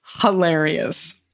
hilarious